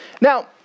Now